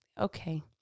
Okay